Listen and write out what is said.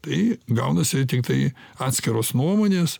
tai gaunasi tiktai atskiros nuomonės